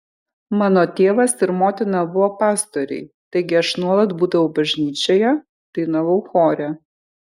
mano tėvas ir motina buvo pastoriai taigi aš nuolat būdavau bažnyčioje dainavau chore